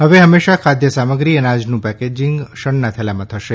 હવે હંમેશા ખાધ સામગ્રી અનાજનું પેકેજિંગ શણનાં થેલામાં થશે